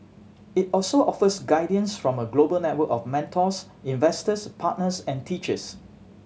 it also offers guidance from a global network of mentors investors partners and teachers